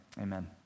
amen